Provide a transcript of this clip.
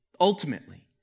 ultimately